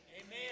Amen